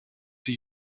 die